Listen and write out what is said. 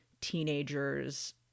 teenagers